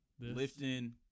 lifting